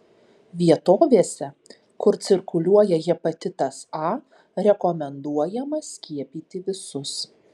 vietovėse kur cirkuliuoja hepatitas a rekomenduojama skiepyti visus